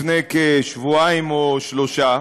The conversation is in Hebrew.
לפני כשבועיים או שלושה.